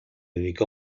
dedicó